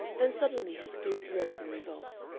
then suddenly her spirit rose in revolt.